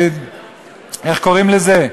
איך קוראים לזה?